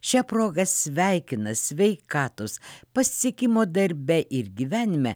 šia proga sveikina sveikatos pasisekimo darbe ir gyvenime